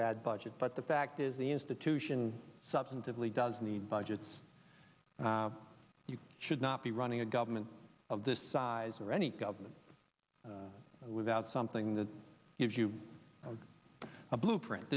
bad budget but the fact is the institution substantively does need budgets you should not be running a government of this size or any government without something that gives you a blueprint